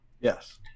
Yes